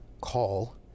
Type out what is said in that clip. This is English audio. call